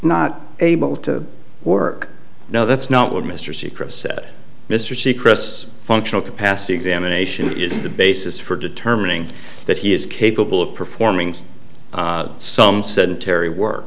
not able to work no that's not what mr secret said mr seacrest functional capacity examination is the basis for determining that he is capable of performing some sedentary work